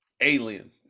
alien